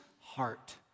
heart